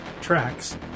tracks